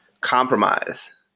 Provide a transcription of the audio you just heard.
compromise